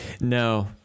No